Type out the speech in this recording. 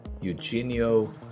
Eugenio